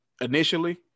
initially